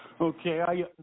Okay